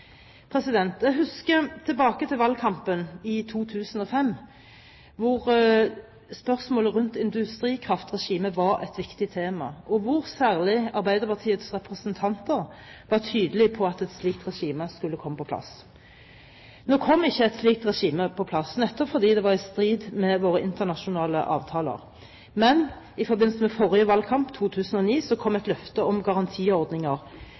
distriktspolitikk. Jeg husker tilbake til valgkampen i 2005, hvor spørsmålet rundt industrikraftregimet var et viktig tema, og hvor særlig Arbeiderpartiets representanter var tydelige på at et slikt regime skulle komme på plass. Nå kom ikke et slikt regime på plass nettopp fordi det var i strid med våre internasjonale avtaler, men i forbindelse med forrige valgkamp – i 2009 – kom et løfte om garantiordninger.